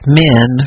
men